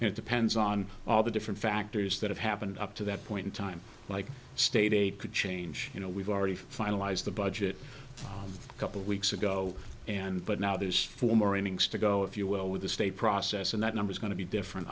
hearing it depends on all the different factors that have happened up to that point in time like state could change you know we've already finalized the budget a couple of weeks ago and but now there's four more innings to go if you will with the state process and that number's going to be different